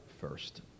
First